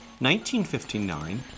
1959